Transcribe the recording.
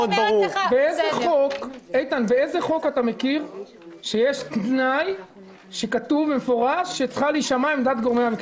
איזה חוק אתה מכיר שכתוב בו במפורש שצריכה להישמע עמדת גורמי המקצוע?